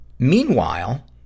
Meanwhile